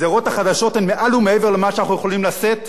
הגזירות החדשות הן מעל ומעבר למה שאנחנו יכולים לשאת,